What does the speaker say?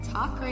Talk